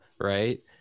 right